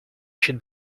should